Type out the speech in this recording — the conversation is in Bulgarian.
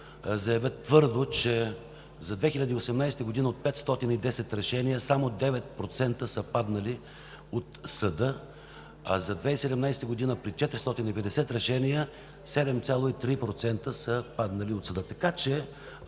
заявя твърдо, че за 2018 г. от 510 решения само 9% са паднали от съда, а за 2017 г. при 450 решения – 7,3% са паднали от съда.